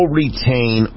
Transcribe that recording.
retain